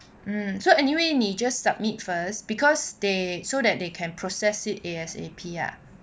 um so anyway 你 just submit first because they so that they can process it A_S_A_P ah